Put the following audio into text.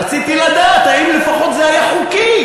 רציתי לדעת האם לפחות זה היה חוקי.